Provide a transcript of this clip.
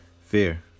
Fear